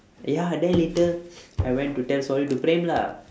ya then later I went to tell sorry to praem lah